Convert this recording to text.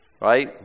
right